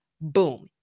Boom